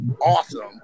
awesome